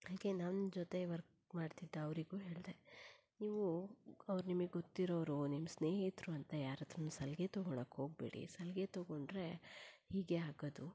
ಅದಕ್ಕೆ ನನ್ನ ಜೊತೆ ವರ್ಕ್ ಮಾಡ್ತಿದ್ದವರಿಗೂ ಹೇಳಿದೆ ನೀವು ಅವ್ರು ನಿಮಗೆ ಗೊತ್ತಿರೋರು ನಿಮ್ಮ ಸ್ನೇಹಿತರು ಅಂತ ಯಾರ ಹತ್ರ ಸಲಿಗೆ ತೊಗೊಳೋಕ್ಕೋಗಬೇಡಿ ಸಲಿಗೆ ತೊಗೊಂಡರೆ ಹೀಗೆ ಆಗೋದು